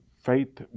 faith